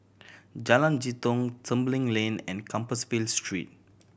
Jalan Jitong Tembeling Lane and Compassvale Street